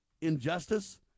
injustice